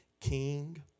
king